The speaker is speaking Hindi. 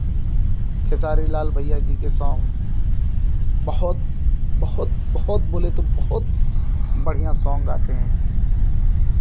खेसारी लाल भैया जी के सोंग बहुत बहुत बहुत बोले तो बहुत बढ़ियाँ सोंग आते हैं